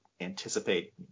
anticipate